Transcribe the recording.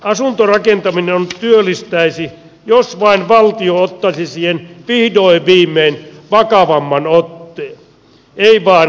asuntorakentaminen työllistäisi jos vain valtio ottaisi siihen vihdoin ja viimein vakavamman otteen ei vain harmaaseen talouteen